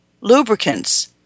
lubricants